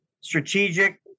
strategic